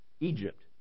Egypt